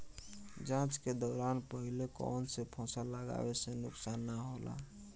जाँच के दौरान पहिले कौन से फसल लगावे से नुकसान न होला?